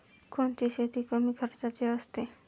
कोणती शेती कमी खर्चाची असते?